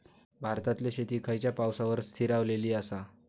भारतातले शेती खयच्या पावसावर स्थिरावलेली आसा?